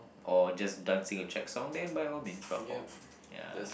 or just dancing a track song then by all means but for ya